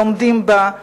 לומדים בה,